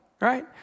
right